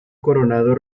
coronado